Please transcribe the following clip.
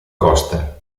costa